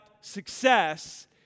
success